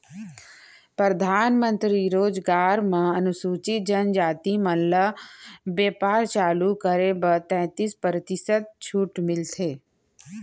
परधानमंतरी रोजगार योजना म अनुसूचित जनजाति मन ल बेपार चालू करब म तैतीस परतिसत छूट मिलथे